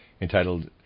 entitled